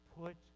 Put